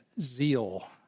zeal